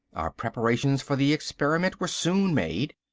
our preparations for the experiment were soon made.